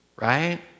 right